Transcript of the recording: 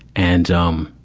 and, um,